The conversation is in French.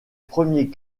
premier